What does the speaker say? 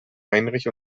heinrich